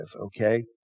okay